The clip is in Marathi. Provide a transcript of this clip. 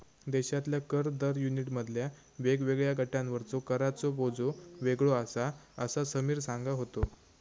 देशातल्या कर दर युनिटमधल्या वेगवेगळ्या गटांवरचो कराचो बोजो वेगळो आसा, असा समीर सांगा होतो